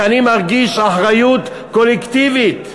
כי אני מרגיש אחריות קולקטיבית,